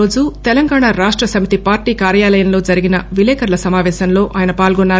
ఈరోజు తెలంగాణ రాష్ట సమితి పార్లీ కార్యాలయంలో జరిగిన విలేకరుల సమాపేశంలో ఆయన పాల్గొన్నారు